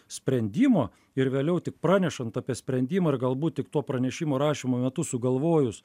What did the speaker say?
sprendimo ir vėliau tik pranešant apie sprendimą ir galbūt tik tuo pranešimo rašymo metu sugalvojus